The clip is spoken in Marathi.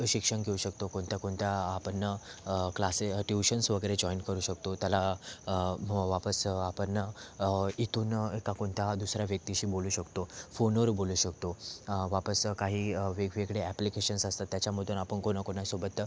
शिक्षण घेऊ शकतो कोणत्या कोणत्या आपण क्लासे ट्युशन्स वगैरे जॉईन करू शकतो त्याला वापस आपण इथून एका कोणत्या दुसऱ्या व्यक्तीशी बोलू शकतो फोनवर बोलू शकतो वापस काही वेगवेगळे ॲप्लिकेशन्स असतात त्याच्यामधून आपण कोणाकोणासोबत